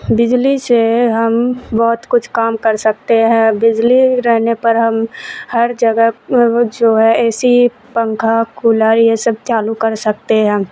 بجلی سے ہم بہت کچھ کام کر سکتے ہیں بجلی رہنے پر ہم ہر جگہ جو ہے اے سی پنکھا کولر یہ سب چالو کر سکتے ہیں ہم